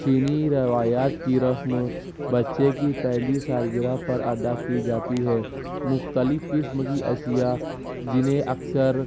چینی روایات کی رسم بچے کی پہلی سالگرہ پر ادا کی جاتی ہے مختلف قسم کی اشیاء جنہیں اکثر